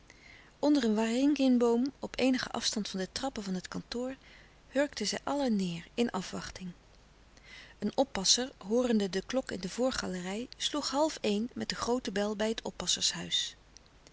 onder een waringin boom op eenigen afstand van de trappen van het kantoor hurkten zij allen neêr in afwachting een oppasser hoorende de klok in de voorgalerij sloeg half-een met de groote bel bij het oppassershuis